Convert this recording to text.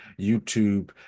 YouTube